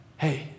Hey